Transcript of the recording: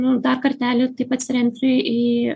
nu dar kartelį taip atsiremti į